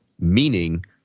meaning